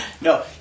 No